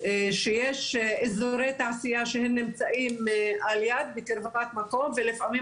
שיש איזורי תעשייה שהם נמצאים על יד בקרבת מקום ולפעמים